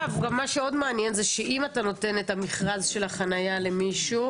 דבר מעניין נוסף והוא שאם אתה נותן את המכרז של החניה למישהו